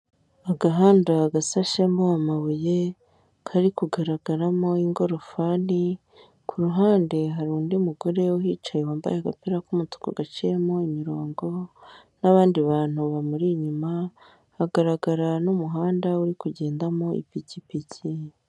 Agahanda gasashemo amabuye kari kugaragaramo ingorofani, ku ruhande hari undi mugore uhicaye wambaye agapira k'umutuku gaciyemo imirongo n'abandi bantu bamuri inyuma hagarara n'umuhanda uri kugenda mu ipikipiki.